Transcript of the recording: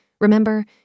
remember